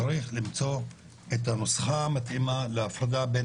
צריך למצוא את הנוסחה המתאימה להפרדה בין